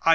eine